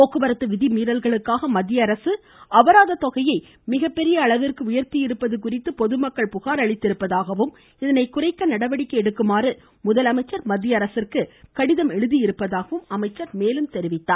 போக்குவரத்து விதி மீறல்களுக்காக மத்திய அரசு அபராதத்தொகையை உயர்த்தியிருப்பது குறித்து பொதுமக்கள் மிகப்பெரிய புகார் அளித்திருப்பதாகவும் இதனை குறைக்க நடவடிக்கை எடுக்குமாறு முதலமைச்சர் மத்திய அரசிற்கு கடிதம் எழுதியிருப்பதாகவும் அவர் கூறினார்